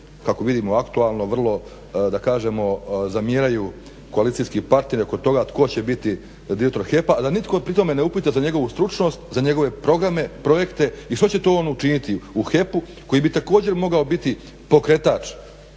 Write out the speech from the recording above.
kako vidimo aktualno vrlo da kažemo zamjeraju koalicijski partneri oko toga tko će biti direktor HEP-a a da nitko pri tome ne upita za njegovu stručnost, za njegove programe, projekte i što će on to učiniti u HEP-u koji bi također mogao biti pokretač,